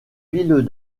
villes